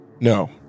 No